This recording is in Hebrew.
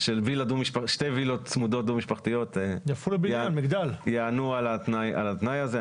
של שתי וילות צמודות דו משפחתיות יענו על התנאי הזה.